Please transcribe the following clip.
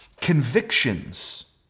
convictions